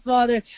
Father